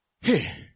Hey